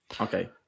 Okay